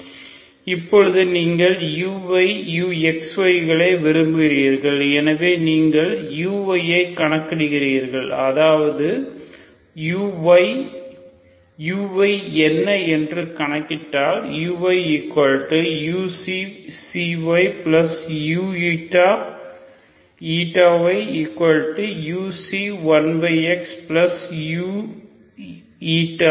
இப்போது நீங்கள் uy uxy களை விரும்புகிறீர்கள் எனவே நீங்கள் uy ஐ கணக்கிடுகிறீர்கள் அதாவது uy uy என்ன என்று கணக்கிட்டால்